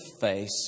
face